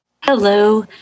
Hello